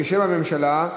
בשם הממשלה,